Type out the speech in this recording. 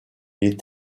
est